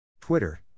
Twitter